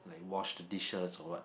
wash the dishes or what